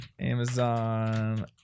Amazon